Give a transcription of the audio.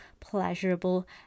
pleasurable